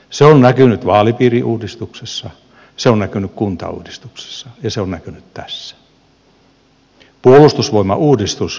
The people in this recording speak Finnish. se on näkynyt vaalipiiriuudistuksessa se on näkynyt kuntauudistuksessa ja se on näkynyt tässä